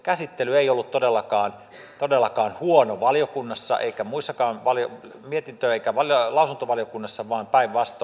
käsittely ei ollut todellakaan huono mietintö eikä lausuntovaliokunnassa vaan päinvastoin